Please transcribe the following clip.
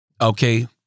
okay